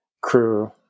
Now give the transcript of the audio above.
crew